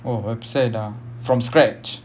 oh website ah from scratch